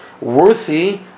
worthy